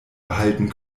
erhalten